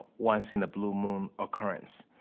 once-in-a-blue-moon occurrence.